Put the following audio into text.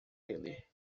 ele